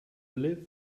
live